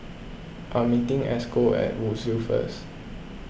I am meeting Esco at Woodsville first